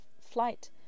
flight